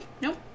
Nope